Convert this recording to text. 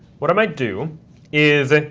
what i might do is,